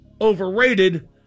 overrated